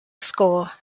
score